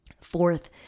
Fourth